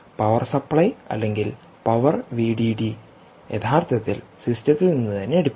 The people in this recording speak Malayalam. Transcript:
പവർ സപ്ലൈഅല്ലെങ്കിൽ പവർ വിഡിഡി യഥാർത്ഥത്തിൽ സിസ്റ്റത്തിൽ നിന്ന് തന്നെ എടുക്കുന്നു